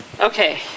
Okay